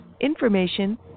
information